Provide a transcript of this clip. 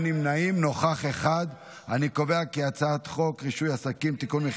את הצעת חוק רישוי עסקים (תיקון,